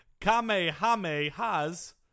Kamehamehas